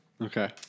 Okay